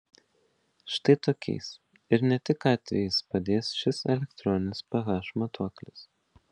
štai tokiais ir ne tik atvejais padės šis elektroninis ph matuoklis